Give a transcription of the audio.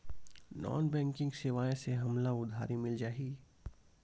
Non banking सेवाएं से हमला उधारी मिल जाहि?